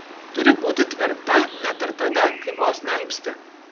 turi būti tvirta net ir tada kai vos nealpsti